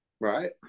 Right